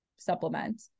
supplement